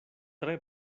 tre